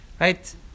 Right